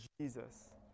Jesus